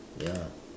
ya